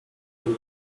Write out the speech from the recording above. via